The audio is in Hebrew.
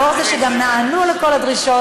לאור זה שגם נענו לכל הדרישות,